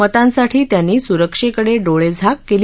मतांसाठी त्यांनी सुरक्षेकडे डोळेझाक केली